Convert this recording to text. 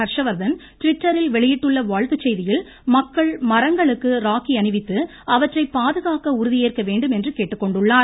ஹர்வர்த்தன் ட்விட்டரில் வெளியிட்டுள்ள வாழ்த்துச் செய்தியில் மக்கள் மரங்களுக்கு ராக்கி அணிவித்து அவற்றை பாதுகாக்க உறுதியேற்க வேண்டும் என்று கேட்டுக்கொண்டுள்ளார்